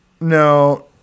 No